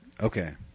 Okay